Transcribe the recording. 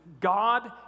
God